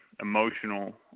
emotional